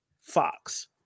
Fox